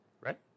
right